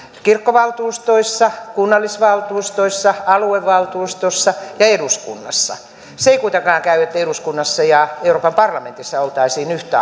kirkkovaltuustoissa kunnallisvaltuustoissa aluevaltuustossa ja eduskunnassa se ei kuitenkaan käy että eduskunnassa ja euroopan parlamentissa oltaisiin yhtä